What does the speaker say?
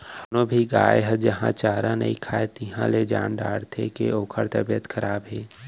कोनो भी गाय ह जहॉं चारा नइ खाए तिहॉं ले जान डारथें के ओकर तबियत खराब हे